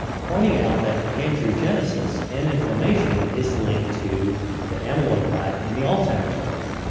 pointing out that angiogenesis and inflammation is linked to the amyloid plaque in the alzheimer's brain.